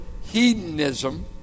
hedonism